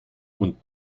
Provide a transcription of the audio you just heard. und